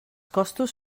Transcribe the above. costos